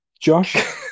Josh